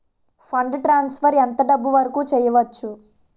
Fund transfer ఎంత డబ్బు వరుకు చేయవచ్చు?